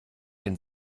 den